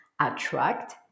attract